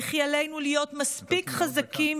וכי עלינו להיות מספיק חזקים,